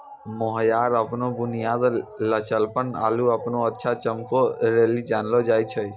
mohair अपनो बुनियाद, लचकपन आरु अपनो अच्छा चमको लेली जानलो जाय छै